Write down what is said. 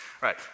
right